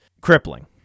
crippling